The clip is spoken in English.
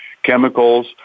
chemicals